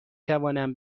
توانم